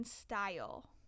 style